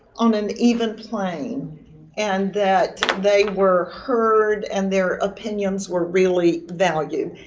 on an even plane and that they were heard and their opinions were really valued.